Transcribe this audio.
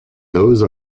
those